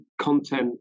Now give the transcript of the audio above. content